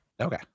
Okay